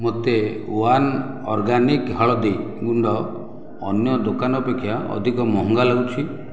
ମୋତେ one organic ହଳଦୀ ଗୁଣ୍ଡ ଅନ୍ୟ ଦୋକାନ ଅପେକ୍ଷା ଅଧିକ ମହଙ୍ଗା ଲାଗୁଛି